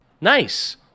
nice